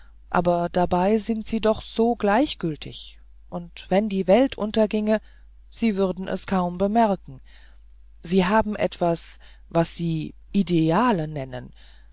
aber dabei sind sie doch so gleichgültig und wenn die welt unterginge sie würden es kaum bemerken sie haben etwas was sie ideale nennen